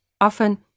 Often